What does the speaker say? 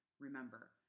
Remember